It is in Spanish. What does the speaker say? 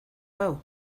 pau